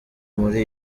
muri